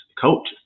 coach